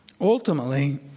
Ultimately